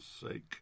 sake